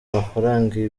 amafaranga